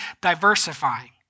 diversifying